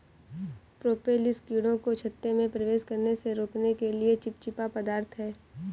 propolis कीड़ों को छत्ते में प्रवेश करने से रोकने के लिए चिपचिपा पदार्थ है